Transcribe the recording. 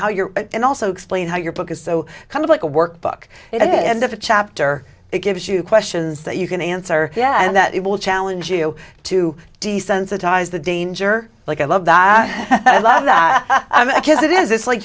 how you're and also explain how your book is so kind of like a workbook and if a chapter it gives you questions that you can answer yeah and that it will challenge you to desensitize the danger like i love that i love that because it is it's like